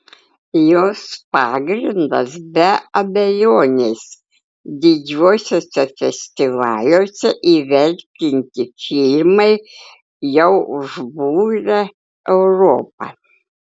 jos pagrindas be abejonės didžiuosiuose festivaliuose įvertinti filmai jau užbūrę europą